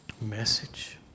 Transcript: message